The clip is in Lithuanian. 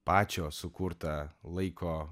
pačio sukurtą laiko